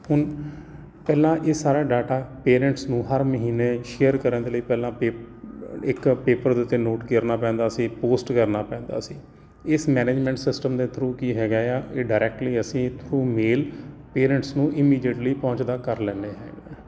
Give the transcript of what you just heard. ਹੁਣ ਪਹਿਲਾਂ ਇਹ ਸਾਰਾ ਡਾਟਾ ਪੇਰੈਂਟਸ ਨੂੰ ਹਰ ਮਹੀਨੇ ਸ਼ੇਅਰ ਕਰਨ ਦੇ ਲਈ ਪਹਿਲਾਂ ਪੇ ਇੱਕ ਪੇਪਰ ਦੇ ਉੱਤੇ ਨੋਟ ਕਰਨਾ ਪੈਂਦਾ ਸੀ ਪੋਸਟ ਕਰਨਾ ਪੈਂਦਾ ਸੀ ਇਸ ਮੈਨੇਜਮੈਂਟ ਸਿਸਟਮ ਦੇ ਥਰੂ ਕੀ ਹੈਗਾ ਆ ਇਹ ਡਾਇਰੈਕਟਲੀ ਅਸੀਂ ਥਰੂ ਮੇਲ ਪੇਰੈਂਟਸ ਨੂੰ ਇਮੀਜੇਟਲੀ ਪਹੁੰਚਦਾ ਕਰ ਲੈਂਦੇ ਹੈਗੇ ਹਾਂ